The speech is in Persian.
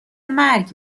مرگ